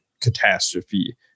catastrophe